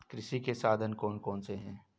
कृषि के साधन कौन कौन से हैं?